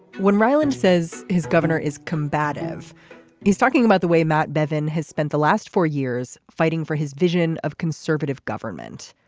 when raylan says his governor is combative he's talking about the way matt bevin has spent the last four years fighting for his vision of conservative government.